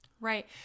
Right